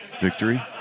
victory